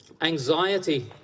anxiety